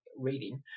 reading